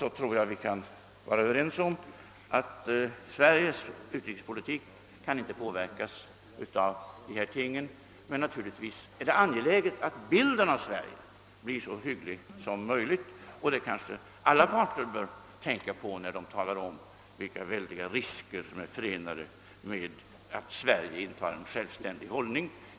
Jag tror att vi kan vara överens om att Sveriges utrikespolitik inte kan påverkas av dessa ting, men det är naturligtvis angeläget att bilden av Sverige blir så hygglig som möjligt, vilket kanske alla parter bör tänka på när de talar om vilka väldiga risker som är förenade med att Sverige intar en självständig hållning.